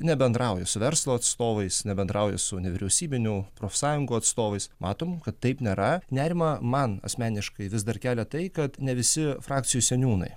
nebendrauja su verslo atstovais nebendrauja su nevyriausybinių profsąjungų atstovais matom kad taip nėra nerimą man asmeniškai vis dar kelia tai kad ne visi frakcijų seniūnai